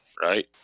Right